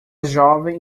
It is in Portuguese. jovem